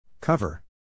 Cover